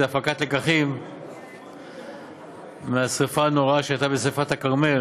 זאת הפקת לקחים מהשרפה הנוראה שהייתה בכרמל,